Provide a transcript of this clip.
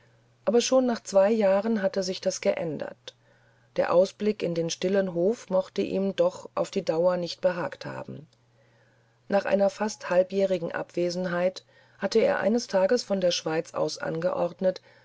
aber schon nach zwei jahren hatte sich das geändert der ausblick in den stillen hof mochte ihm doch auf die dauer nicht behagt haben nach einer fast halbjährigen abwesenheit hatte er eines tages von der schweiz aus angeordnet